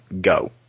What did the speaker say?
Go